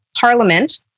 Parliament